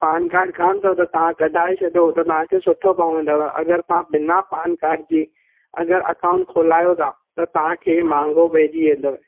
पान card कान अथव त तव्हां कढाए छॾियो त तव्हां खे सुठो पवंदव अगरि तव्हां बिना पान कार्ड जे अगरि अकाउंट खोलायो था त तव्हां खे महांगो पइजी वेंदव